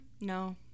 No